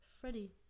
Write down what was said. Freddie